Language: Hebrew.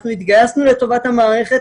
אנחנו התגייסנו לטובת המערכת